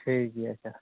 ᱴᱷᱤᱠ ᱜᱮᱭᱟ ᱟᱪᱪᱷᱟ